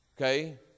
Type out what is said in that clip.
okay